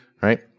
Right